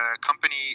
company